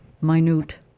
minute